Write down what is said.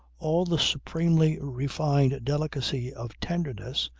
all the supremely refined delicacy of tenderness,